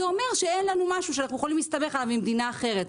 זה אומר שאין לנו משהו שאנחנו יכולים להסתמך עליו ממדינה אחרת.